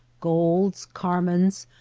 golds, car mines,